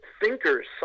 thinkers